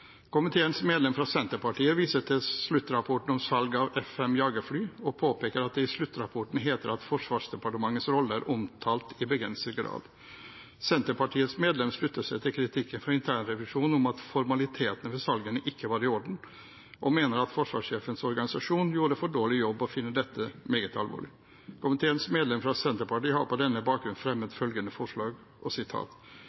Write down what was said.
Komiteens medlem fra Senterpartiet viser til sluttrapporten om salg av F-5 jagerfly og påpeker at det i sluttrapporten heter at Forsvarsdepartementets rolle er omtalt i begrenset grad. Senterpartiets medlem slutter seg til kritikken fra internrevisjonen om at formalitetene ved salgene ikke var i orden, og mener at forsvarssjefens organisasjon gjorde en for dårlig jobb og finner dette meget alvorlig. Komiteens medlem fra Senterpartiet har på denne bakgrunn fremmet